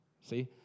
see